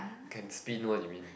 can spin one you mean